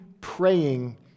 praying